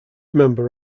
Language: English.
member